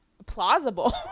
plausible